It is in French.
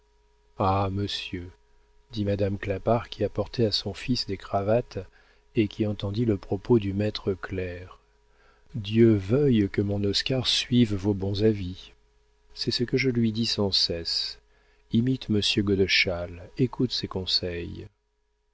ah monsieur dit madame clapart qui apportait à son fils des cravates et qui entendit le propos du maître clerc dieu veuille que mon oscar suive vos bons avis c'est ce que je lui dis sans cesse imite monsieur godeschal écoute ses conseils